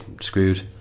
screwed